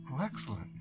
excellent